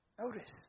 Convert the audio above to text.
Notice